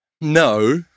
No